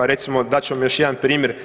Recimo dat ću vam još jedan primjer.